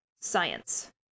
science